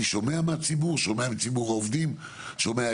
אני שומע את הציבור ושומע את העובדים ואת